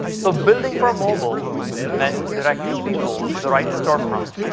so building for mobile meant directing people to the right storefront,